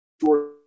short